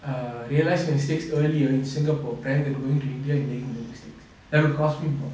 err realise mistakes earlier in singapore rather than going to india and make the mistakes that would cost me more